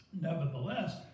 Nevertheless